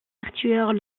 artilleurs